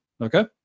Okay